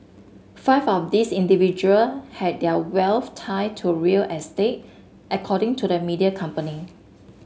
five of these individual had their wealth tied to real estate according to the media company